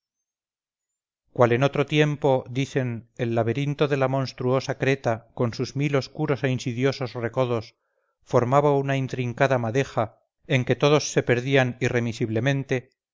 cual en otro tiempo dicen el laberinto de la monstruosa creta con sus mil oscuros e insidiosos recodos formaba una intrincada madeja en que todos se perdían irremisiblemente